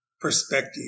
perspective